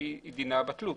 דינה בטלות.